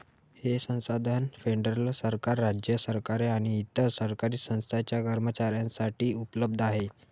हे संसाधन फेडरल सरकार, राज्य सरकारे आणि इतर सरकारी संस्थांच्या कर्मचाऱ्यांसाठी उपलब्ध आहे